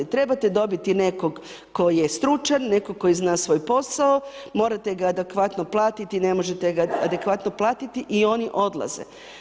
Trebat dobiti nekog koji je stručan, nekog koji zna svoj posao, morate ga adekvatno platiti, ne možete ga adekvatno platiti i oni odlaze.